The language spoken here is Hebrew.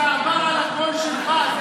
זה עבר על הקול שלך,